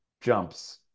jumps